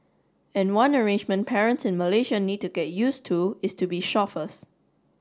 and one arrangement parents in Malaysia need to get used to is to be chauffeurs